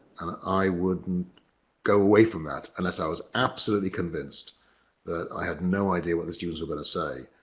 i wouldn't go away from that. unless i was absolutely convinced that i had no idea what the students were gonna say,